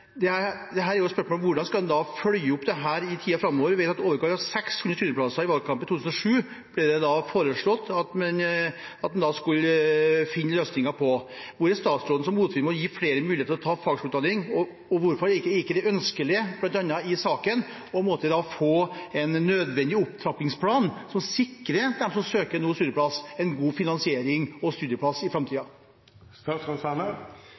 er hvordan en da skal følge opp dette i tiden framover. Vi vet at i valgkampen 2017 ble det foreslått at en skulle finne løsninger med i overkant av 600 studieplasser. Hvorfor er statsråden så motvillig med hensyn til å gi flere muligheter til å ta fagskoleutdanning? Og hvorfor er det ikke ønskelig, bl.a. i forbindelse med saken, å få en nødvendig opptrappingsplan som sikrer dem som nå søker studieplass, en god finansiering og studieplass i